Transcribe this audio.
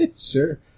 Sure